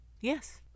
Yes